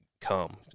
come